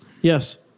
Yes